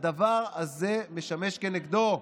הדבר הזה משמש כנגדו,